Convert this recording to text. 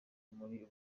muri